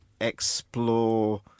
explore